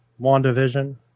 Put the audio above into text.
Wandavision